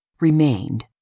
remained